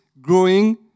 growing